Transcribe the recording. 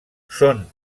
són